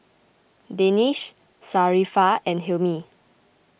Danish Sharifah and Hilmi